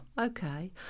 Okay